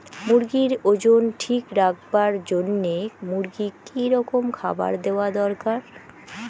মুরগির ওজন ঠিক রাখবার জইন্যে মূর্গিক কি রকম খাবার দেওয়া দরকার?